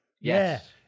Yes